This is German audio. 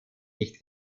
nicht